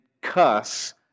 cuss